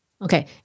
Okay